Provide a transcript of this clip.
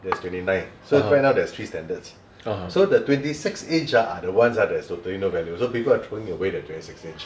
there's twenty nine so right now there's three standards so the twenty six inch ah are the ones that is totally no value so people are throwing it away the twenty six inch